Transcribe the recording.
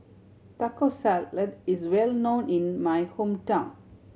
Taco Salad is well known in my hometown